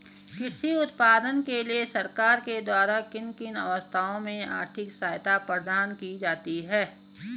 कृषि उत्पादन के लिए सरकार के द्वारा किन किन अवस्थाओं में आर्थिक सहायता प्रदान की जाती है?